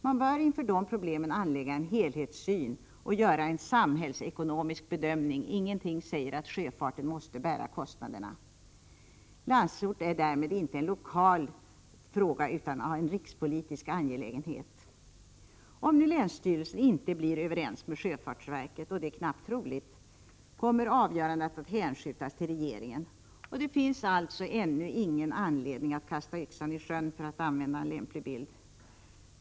Man bör inför dessa problem anlägga en helhetssyn och göra en samhällsekonomisk bedömning. Ingenting säger att sjöfarten måste bära kostnaderna. Landsort är inte en lokal fråga utan en rikspolitisk angelägenhet. Om nu länsstyrelsen inte blir överens med sjöfartsverket — och det är knappt troligt — kommer avgörandet att hänskjutas till regeringen. Det finns alltså ännu ingen anledning att kasta yxan i sjön, för att använda lämpligt bildspråk.